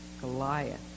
Goliath